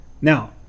Now